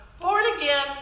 born-again